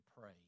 pray